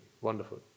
wonderful